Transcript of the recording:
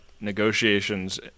Negotiations